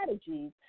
strategies